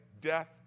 death